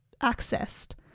accessed